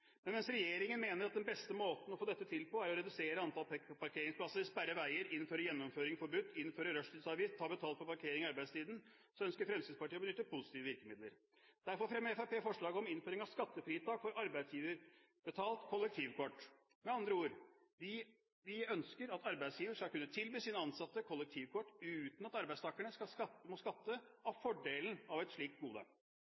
Men mens regjeringen mener at den beste måten å få dette til på, er å redusere antall parkeringsplasser, sperre veier, innføre gjennomkjøring forbudt, innføre rushtidsavgift, ta betalt for parkering i arbeidstiden, ønsker Fremskrittspartiet å benytte positive virkemidler. Derfor fremmer Fremskrittspartiet forslag om innføring av skattefritak for arbeidsgiverbetalt kollektivkort. Med andre ord: Vi ønsker at arbeidsgivere skal kunne tilby sine ansatte kollektivkort uten at arbeidstakerne må skatte av